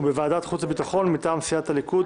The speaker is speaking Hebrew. בוועדת חוץ וביטחון מטעם סיעת הליכוד,